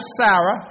Sarah